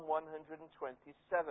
127